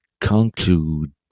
conclude